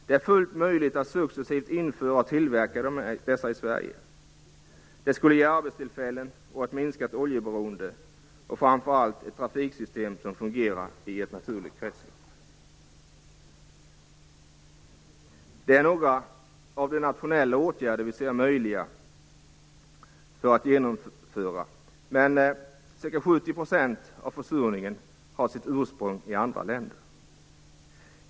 Det är fullt möjligt att successivt införa och tillverka dessa i Sverige. Det skulle ge arbetstillfällen, ett minskat oljeberoende och framför allt ett trafiksystem som fungerar i ett naturligt kretslopp. Det är några av de nationella åtgärder som vi ser som möjliga att genomföra. Men ca 70 % av försurningen har sitt ursprung i andra länder.